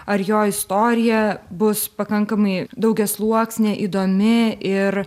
ar jo istorija bus pakankamai daugiasluoksnė įdomi ir